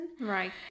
Right